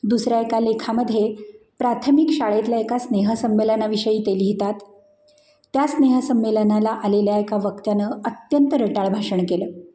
दुसऱ्या एका लेखामध्ये प्राथमिक शाळेतल्या एका स्नेहसंमेलनाविषयी ते लिहितात त्या स्नेहसंमेलनाला आलेल्या एका वक्त्याने अत्यंत रटाळ भाषण केलं